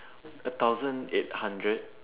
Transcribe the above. a thousand eight hundred